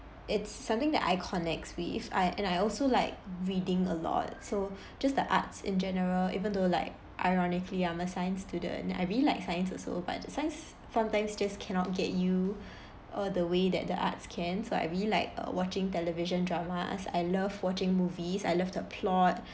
it's something that I connects with I and I also like reading a lot so just the arts in general even though like ironically I'm a science student I really like science also but science sometimes just cannot get you uh the way that the arts can so I really like uh watching television drama as I love watching movies I love the plot